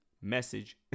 Message